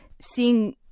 seeing